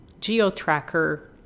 geotracker